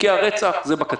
תיקי הרצח זה בקצה,